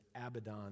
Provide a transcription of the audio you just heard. Abaddon